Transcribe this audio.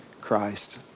Christ